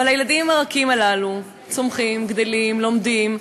אבל הילדים הרכים הללו צומחים, גדלים, לומדים.